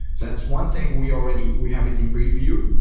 that's one thing we already we have it in preview,